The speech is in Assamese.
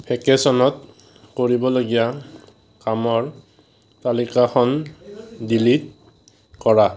ভেকেশ্যনত কৰিবলগীয়া কামৰ তালিকাখন ডিলিট কৰা